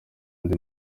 andi